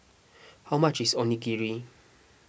how much is Onigiri